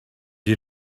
you